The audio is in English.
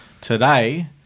today